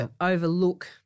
overlook